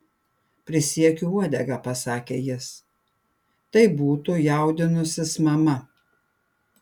prisiekiu uodega pasakė jis tai būtų jaudinusis mama